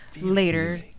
later